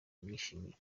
bamwishimiye